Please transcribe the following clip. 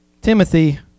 Timothy